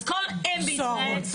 אז כל אם בישראל,